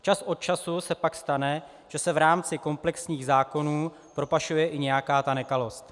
Čas od času se pak stane, že se v rámci komplexních zákonů propašuje i nějaká ta nekalost.